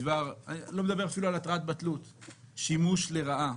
אני לא מדבר אפילו על התרעת בטלות אלא שימוש לרעה.